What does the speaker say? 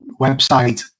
website